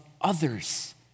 others